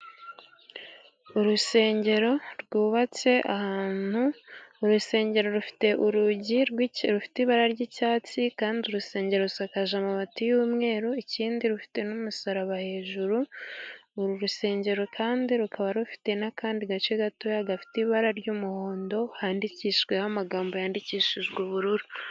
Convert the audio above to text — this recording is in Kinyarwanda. Urusengero rwubatse ahantu, urusengero rufite urugi, rufite ibara ry'icyatsi, kandi urusengero rusakaje amabati y'umweru, ikindi rufite n'umusaraba hejuru. Uru rusengero kandi rukaba rufite n'akandi gace gatoya, gafite ibara ry'umuhondo, handikishijweho amagambo yandikishijwe ubururu.